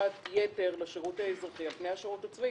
בכורת יתר לשירות האזרחי על פני השירות הצבאי,